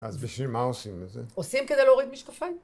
אז בשביל מה עושים את זה? עושים כדי להוריד משקפיים.